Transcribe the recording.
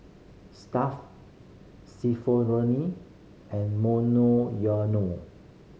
Stuff'd and Monoyono